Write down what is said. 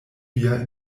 via